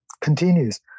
continues